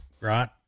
right